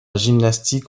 gymnastique